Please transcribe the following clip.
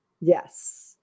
yes